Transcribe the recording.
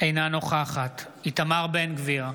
אינה נוכחת איתמר בן גביר,